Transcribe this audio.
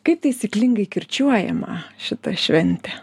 kaip taisyklingai kirčiuojama šita šventė